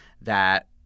that-